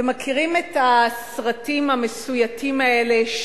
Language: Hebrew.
אתם מכירים את הסרטים המסויטים האלה,